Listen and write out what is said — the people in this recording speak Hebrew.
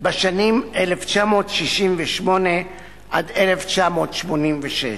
בשנים 1968 1986,